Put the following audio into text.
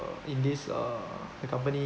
uh in this uh the company